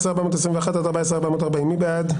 14,281 עד 14,300, מי בעד?